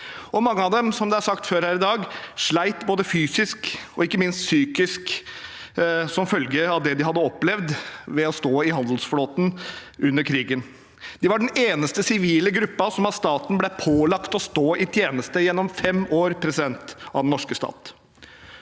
på havet. Som det er sagt før her i dag, slet mange av dem både fysisk og ikke minst psykisk som følge av det de hadde opplevd ved å stå i handelsflåten under krigen. De var den eneste sivile gruppen som av staten ble pålagt å stå i tjeneste gjennom fem år. Det gikk så langt at den norske stat,